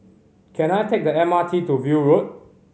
can I take the M R T to View Road